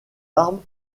armes